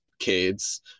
kids